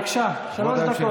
בבקשה, שלוש דקות.